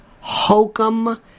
hokum